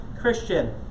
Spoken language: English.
Christian